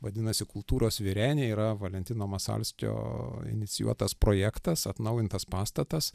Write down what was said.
vadinasi kultūros virenė yra valentino masalskio inicijuotas projektas atnaujintas pastatas